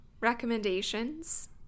recommendations